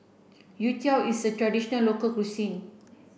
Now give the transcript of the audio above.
Youtiao is a traditional local cuisine